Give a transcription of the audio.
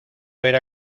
era